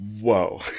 whoa